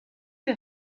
les